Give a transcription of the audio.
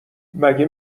مگه